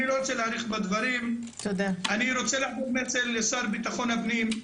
אני רוצה להעביר מסר לשר לביטחון הפנים,